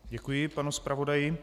Děkuji panu zpravodaji.